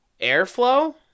airflow